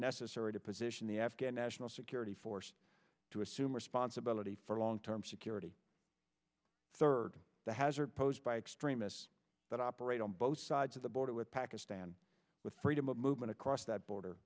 necessary to position the afghan national security forces to assume responsibility for long term security third the hazard posed by extremists that operate on both sides of the border with pakistan with freedom of movement across that border